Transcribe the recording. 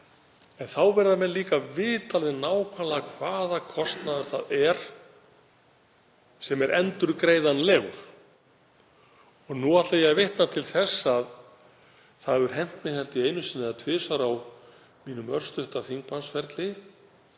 En þá verða menn líka að vita alveg nákvæmlega hvaða kostnaður það er sem er endurgreiðanlegur. Nú ætla ég að vitna til þess að það hefur hent mig held ég einu sinni eða tvisvar á mínum örstutta þingmannsferli